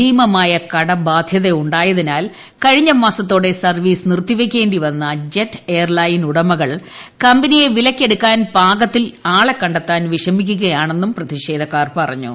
ഭീമമായ കടബാധ്യത ഉണ്ടായതിനാൽ കഴിഞ്ഞ മാസത്തോടെ സർവീസ് നിർത്തി വയ്ക്കേണ്ടി വന്ന ജെറ്റ് എയർലൈൻ്റു ഉടമകൾ കമ്പനിയെ വിലയ്ക്കെടുക്കാൻ പാകത്തിൽ പ്രിട്ടി അളെ കണ്ടെത്താൻ വിഷമിക്കുകയാണെന്നും പ്രതിഷേധുക്ക്ടർ പറഞ്ഞു